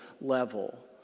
level